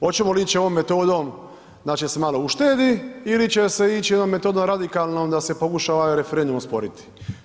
Hoćemo li ići ovom metodom znači da se malo uštedi ili će se ići jednom metodom radikalnom da se pokuša ovaj referendum osporiti?